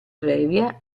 previa